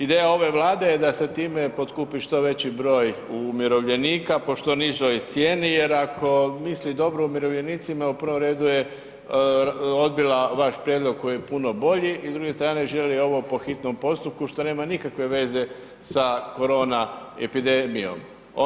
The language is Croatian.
Ideja ove Vlade je da se time potkupi što veći broj umirovljenika po što nižoj cijeni jer ako misli dobro umirovljenicima, u prvom redu je odbila vaš prijedlog koji je puno bolji i s druge strane želi ovo po hitnom postupku što nema nikakve veze sa korona epidemijom.